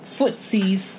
footsie's